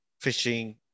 fishing